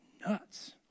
nuts